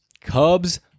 Cubs